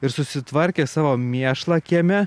ir susitvarkė savo mėšlą kieme